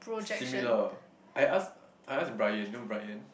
similar I ask I ask Brian you know Brian